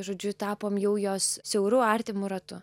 žodžiu tapome jau jos siauru artimu ratu